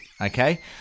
okay